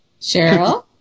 Cheryl